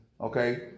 Okay